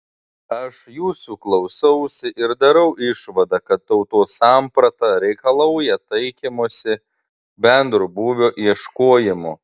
aš jūsų klausausi ir darau išvadą kad tautos samprata reikalauja taikymosi bendro būvio ieškojimo